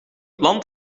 land